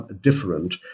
different